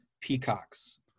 Peacocks